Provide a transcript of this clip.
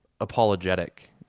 apologetic